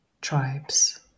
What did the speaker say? tribes